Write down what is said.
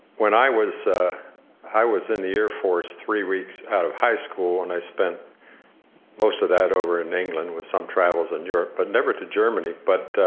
i was i was in the air force three weeks out of high school and i spent most of that over in england with some travels in europe, but never to germany. but